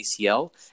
ACL